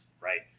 right